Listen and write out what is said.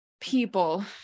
people